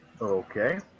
Okay